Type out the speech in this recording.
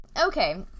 Okay